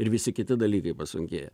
ir visi kiti dalykai pasunkėja